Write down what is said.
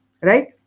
Right